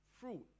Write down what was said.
fruit